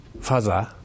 father